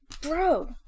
bro